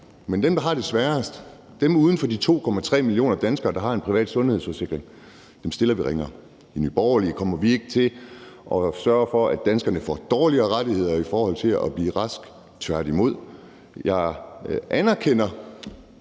men dem, der har det sværest, altså dem, der ikke er blandt de 2,3 millioner danskere, der har en privat sundhedsforsikring, stiller vi ringere. I Nye Borgerlige kommer vi ikke til at sørge for, at danskerne får dårligere rettigheder i forhold til at blive raske, tværtimod. Jeg anerkender